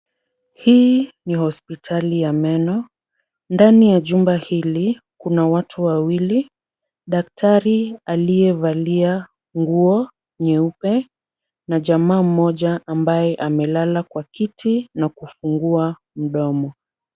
Hii ni hospitali ya meno. Ndani ya jumba hili kuna watu wawili, daktari aliyevalia nguo nyeupe na jamaa mmoja ambaye amelala kwa kiti na kufungua mdomo.